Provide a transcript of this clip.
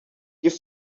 give